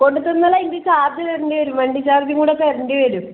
കൊണ്ടുത്തന്നാല് അതിൻ്റെ ചാർജ് തരേണ്ടിവരും വണ്ടി ചാർജുംകൂടി തരേണ്ടിവരും